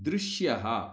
दृश्यः